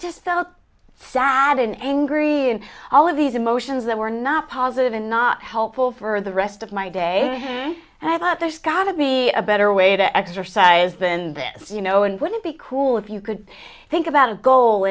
felt sad and angry and all of these emotions that were not positive and not helpful for the rest of my day and i thought there's gotta be a better way to exercise than this you know and wouldn't be cool if you could think about a goal